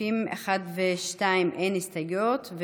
לסעיפים 1 ו-2 אין הסתייגויות,